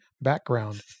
background